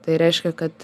tai reiškia kad